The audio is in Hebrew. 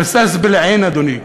"רס'אס באל-עין", אדוני,